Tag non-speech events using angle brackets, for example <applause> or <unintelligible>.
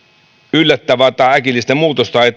yllättävää tai äkillistä muutosta ei <unintelligible>